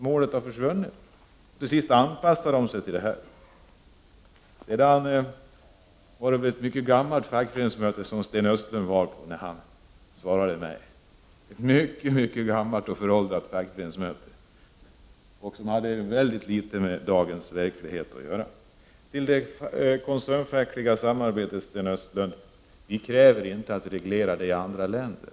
Målen har försvunnit, och till sist anpassar de sig efter arbetsgivarnas önskan. Det måste ha varit ett fackföreningsmöte av mycket gammalt datum som Sten Östlund hade varit på med tanke på det svar han gav mig. Det fackföreningsmötet har mycket litet med dagens verklighet att göra. Så till frågan om det koncernfackliga samarbetet. Vi kräver inte, Sten Östlund, att det skall regleras i andra länder.